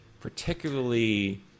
particularly